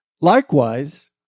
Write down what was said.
Likewise